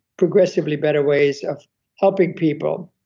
progressively better ways of helping people